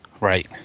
right